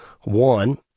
One